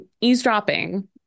eavesdropping